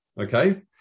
Okay